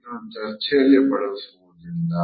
ಇದನ್ನು ಚರ್ಚೆಯಲ್ಲಿ ಬಳಸುವುದಿಲ್ಲ